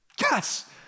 Yes